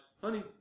honey